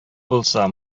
булса